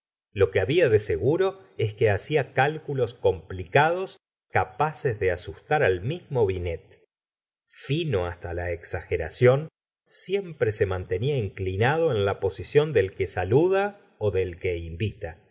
lo que había de seguro es que hacia cálculos complicados capaces de asustar al mismo binet fino hasta la exageración siempre se mantenía inclinado en la posición del que saluda del que invita